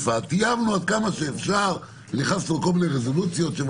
נכנס מקום לרזולוציות.